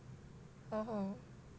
uh no